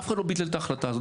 אף אחד לא ביטל את ההחלטה הזאת.